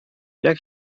jak